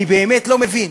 אני באמת לא מבין.